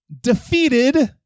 defeated